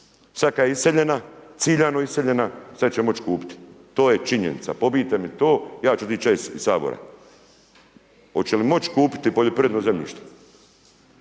Sad kad je iseljena, ciljano iseljena sad će moć kupit, to je činjenica, pobijte mi to ja ić ća iz sabora. Oće li moć kupiti poljoprivredno zemljište